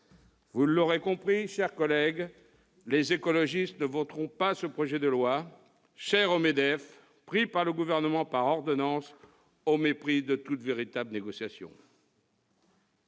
Vous l'aurez compris, mes chers collègues, les écologistes ne voteront pas ce projet de loi, cher au MEDEF, pris par le Gouvernement par ordonnances, au mépris de toute véritable négociation.